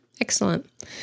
excellent